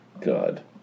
God